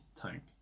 tank